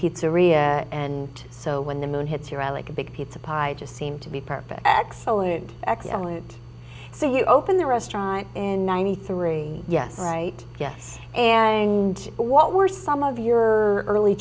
pizzeria and so when the moon hits your eye like a big pizza pie it just seemed to be perfect excellent excellent so you open the restaurant and ninety three yes right yes and what were some of your early